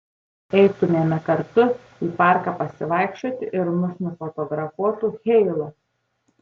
eitumėme kartu į parką pasivaikščioti ir mus nufotografuotų heilo